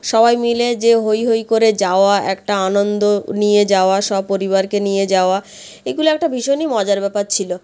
সবাই মিলে যে হৈ হৈ করে যাওয়া একটা আনন্দ নিয়ে যাওয়া সব পরিবারকে নিয়ে যাওয়া এগুলো একটা ভীষণই মজার ব্যাপার ছিল